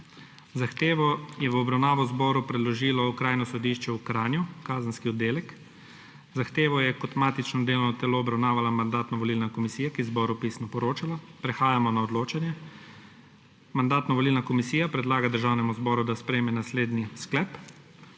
Zahtevo je v obravnavo zboru predložilo Okrajno sodišče v Kranju, Kazenski oddelek. Zahtevo je kot matično delovno telo obravnavala Mandatno-volilna komisija, ki je zboru pisno poročala. Prehajamo na odločanje. Mandatno-volilna komisija predlaga Državnemu zboru, da sprejme naslednji sklep: